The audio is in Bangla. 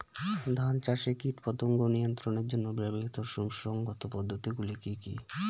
ধান চাষে কীটপতঙ্গ নিয়ন্ত্রণের জন্য ব্যবহৃত সুসংহত পদ্ধতিগুলি কি কি?